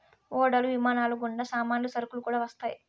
ఓడలు విమానాలు గుండా సామాన్లు సరుకులు కూడా వస్తాయి